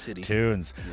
tunes